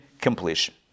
completion